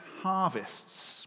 harvests